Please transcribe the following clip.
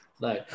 no